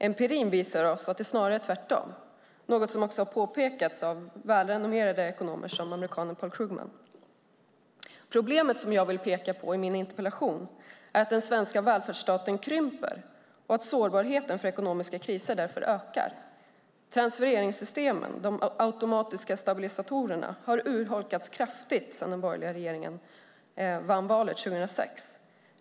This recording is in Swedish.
Empirin visar oss att det är snarare tvärtom, något som har påpekats av välrenommerade ekonomer som amerikanen Paul Krugman. Problemet jag ville peka på i min interpellation är att den svenska välfärdsstaten krymper och att sårbarheten för ekonomiska kriser därför ökar. Transfereringssystemen, de automatiska stabilisatorerna, har urholkats kraftigt sedan den borgerliga regeringen vann valet 2006.